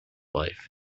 life